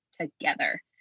together